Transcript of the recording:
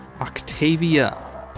Octavia